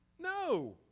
No